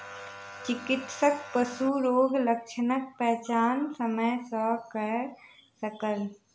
चिकित्सक पशु रोगक लक्षणक पहचान समय सॅ कय सकल